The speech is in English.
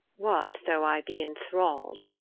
what though i be inthral'd,